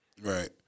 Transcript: Right